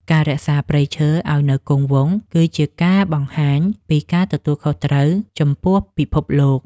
ការរក្សាព្រៃឈើឱ្យនៅគង់វង្ស គឺជាការបង្ហាញពីការទទួលខុសត្រូវចំពោះពិភពលោក។